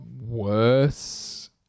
worse